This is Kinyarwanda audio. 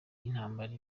y’intambara